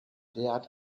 derart